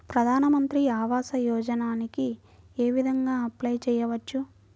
ప్రధాన మంత్రి ఆవాసయోజనకి ఏ విధంగా అప్లే చెయ్యవచ్చు?